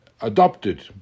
adopted